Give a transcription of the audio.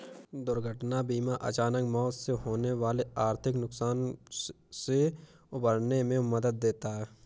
दुर्घटना बीमा अचानक मौत से होने वाले आर्थिक नुकसान से उबरने में मदद देता है